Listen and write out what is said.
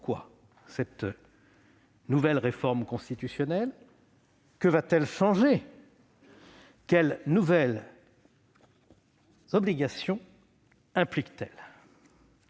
pourquoi cette nouvelle réforme constitutionnelle ? Que va-t-elle changer ? Quelles nouvelles obligations implique-t-elle ?